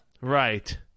Right